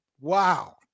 Wow